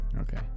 Okay